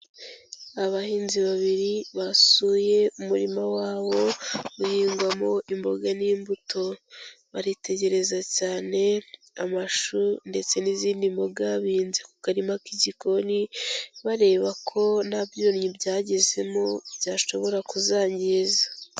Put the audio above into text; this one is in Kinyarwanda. Abahinzi babiri basuye umurima wabo, uhingwamo imboga n'imbuto, baritegereza cyane amashu, ndetse n'izindi mboga bihinze ku karima k'igikoni, bareba ko nta byonnyi byagezemo byashobora kuzangiza.